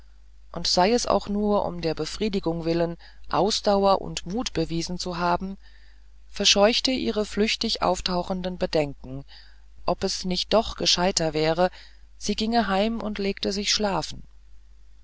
und sei es auch nur um der befriedigung willen ausdauer und mut bewiesen zu haben verscheuchte ihre flüchtig auftauchenden bedenken ob es nicht doch gescheiter wäre sie ginge heim und legte sich schlafen